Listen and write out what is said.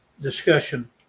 discussion